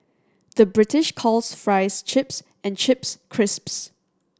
the British calls fries chips and chips crisps